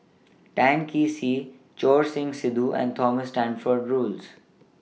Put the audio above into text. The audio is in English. Tan Kee Sek Choor Singh Sidhu and Thomas Stamford Roads